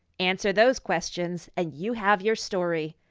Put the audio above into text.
answer those questions, and you have your story.